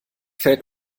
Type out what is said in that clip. fällt